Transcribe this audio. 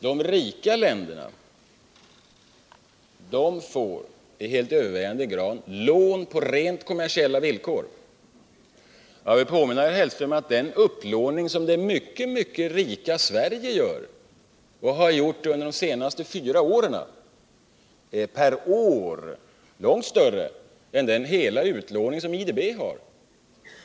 De rika länderna får till helt övervägande del lån på rent kommersiella villkor. Jag vill påminna herr Hellström om att den upplåning som det mycket rika Sverige har gjort under de senaste fyra åren per år är långt större än hela den utlåning IDB har.